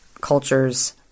cultures